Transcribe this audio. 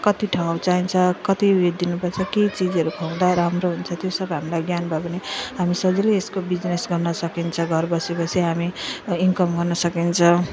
कति ठाउँ चाहिन्छ कति वेट दिनु पर्छ के चिजहरू खुवाउँदा राम्रो हुन्छ त्यो सब हामीलाई ज्ञान भयो भने हामी सजिलो यसको बिजिनेस गर्न सकिन्छ घर बसी बसी हामी इन्कम गर्न सकिन्छ